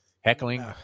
Heckling